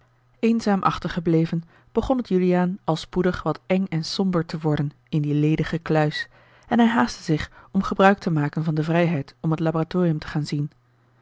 eenzaam achtergebleven begon het juliaan al spoedig wat eng en somber te worden in die ledige kluis en hij haastte zich om gebruik te maken van de vrijheid om het laboratorium te gaan zien